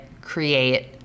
create